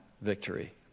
victory